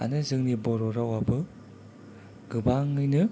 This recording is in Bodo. आरो जोंनि बर' रावाबो गोबाङैनो